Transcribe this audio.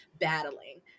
battling